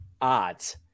odds